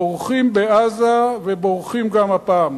בורחים בעזה ובורחים גם הפעם,